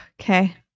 okay